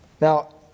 Now